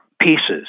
pieces